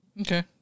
okay